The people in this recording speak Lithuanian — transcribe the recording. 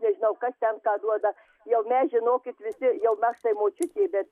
nežinau kas ten ką duoda jau mes žinokit visi jau mes tai močiutė bet